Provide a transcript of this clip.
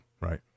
Right